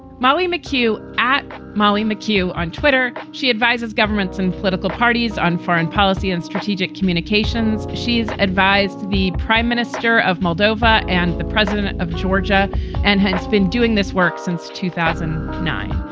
molly mccue at molly mccue on twitter. she advises governments and political parties on foreign policy and strategic communications. she's advised the prime minister of moldova and the president of georgia and has been doing this work since two thousand nine.